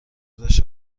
داشته